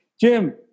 Jim